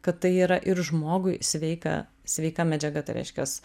kad tai yra ir žmogui sveika sveika medžiaga tai reiškias